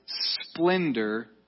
splendor